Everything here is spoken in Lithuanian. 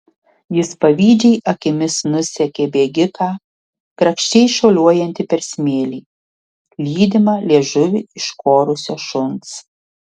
jis pavydžiai akimis nusekė bėgiką grakščiai šuoliuojantį per smėlį lydimą liežuvį iškorusio šuns